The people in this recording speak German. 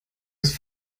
ist